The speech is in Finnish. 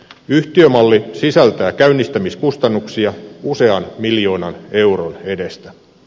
yhtiömalli sisältää käynnistämiskustannuksia usean miljoonan euron edestä